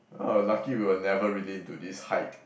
lucky we were never really into this hype